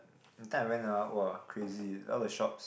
that time I went ah [wah] crazy all the shops